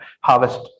harvest